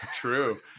true